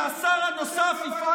אתם ביקשתם שר במשרד הביטחון.